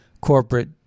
corporate